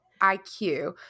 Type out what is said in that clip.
IQ